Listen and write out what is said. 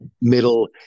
Middle